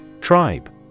Tribe